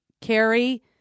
Carrie